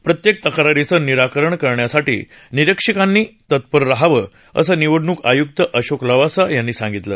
प्रत्येक तक्रारींचं निराकरण करण्यासाठी निरीक्षकांनी तत्पर राहावं असं निवडणूक आयुक्त अशोक लवासा यांनी सांगितलं